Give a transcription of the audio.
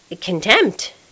contempt